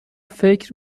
فکر